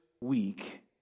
week